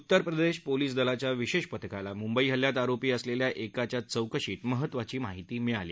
Uttar Pradesh police दलाच्या विशेष पथकाला मुंबई हल्ल्यात आरोपी असलेल्या एकाच्या चौकशीत महत्त्वाची माहिती मिळाली